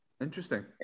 Interesting